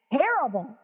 terrible